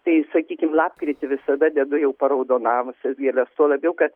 tai sakykim lapkritį visada dedu jau paraudonavusias gėles tuo labiau kad